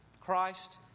Christ